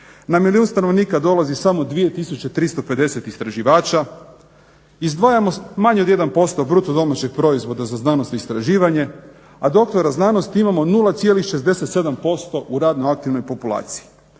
Na milijun stanovnika dolazi samo 2350 istraživača. Izdvajamo manje od 1% bruto domaćeg proizvoda za znanost i istraživanje, a doktora znanosti imamo 0,67% u radno aktivnoj populaciji.